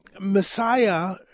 Messiah